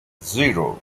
zero